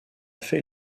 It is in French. fait